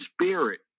spirit